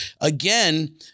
again